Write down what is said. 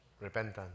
repentance